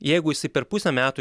jeigu jisai per pusę metų